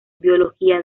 biología